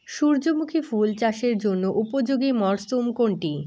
সূর্যমুখী ফুল চাষের জন্য উপযোগী মরসুম কোনটি?